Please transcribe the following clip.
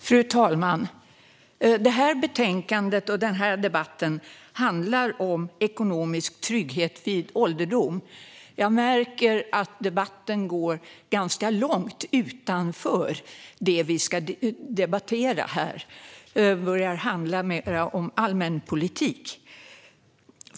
Fru talman! Detta betänkande och denna debatt handlar om ekonomisk trygghet vid ålderdom. Jag märker att debatten går ganska långt utanför det vi ska debattera och börjar handla mer om allmänpolitik.